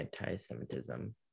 anti-semitism